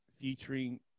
featuring